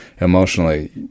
emotionally